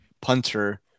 Punter